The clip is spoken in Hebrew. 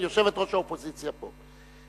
יושבת-ראש האופוזיציה פה.